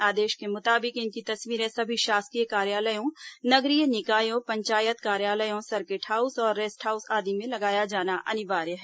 आदेश के मुताबिक इनकी तस्वीरें सभी शासकीय कार्यालयों नगरीय निकायों पंचायत कार्यालयों सर्किट हाउस और रेस्ट हाउस आदि में लगाया जाना अनिवार्य है